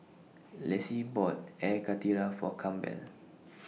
Lacy bought Air Karthira For Campbell